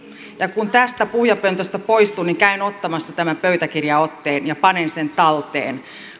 kun tästä puhujapöntöstä poistun niin käyn ottamassa tämän pöytäkirjanotteen ja panen sen talteen